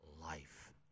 life